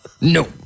No